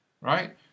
right